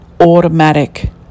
automatic